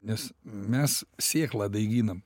nes mes sėklą daiginam